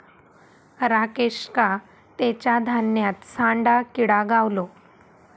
राकेशका तेच्या धान्यात सांडा किटा गावलो